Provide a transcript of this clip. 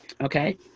Okay